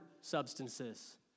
substances